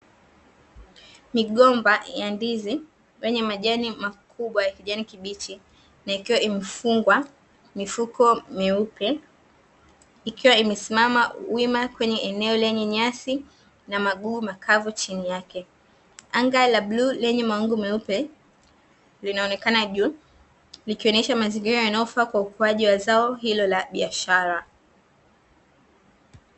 Migomba ya ndizi yenye majani makubwa ya kijani kibichi, na ikiwa imefungwa mifuko miupe, ikiwa imesimama kwenye eneo lenye nyasi na magugu makavu chini yake, anga la bluu lenye mawingu meupe linaonekana juu, likionyesha mazingira yanayofaa kwa ukuwaji wa zao hilo la biashara.